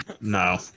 no